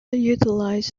utilizes